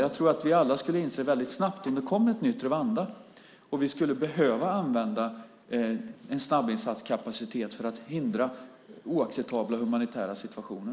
Jag tror att vi alla skulle inse det väldigt snabbt om det kom ett nytt Rwanda och vi skulle behöva använda en snabbinsatskapacitet för att hindra oacceptabla humanitära situationer.